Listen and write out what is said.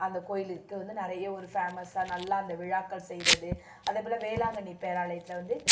அந்த கோவிலுக்கு வந்து நிறைய ஒரு ஃபேமஸாக நல்லா அந்த விழாக்கள் செய்கிறது அதே போல் வேளாங்கண்ணி பேராலயத்தில் வந்து